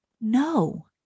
no